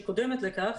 שקודמת לטבלה זו,